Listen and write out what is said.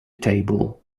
table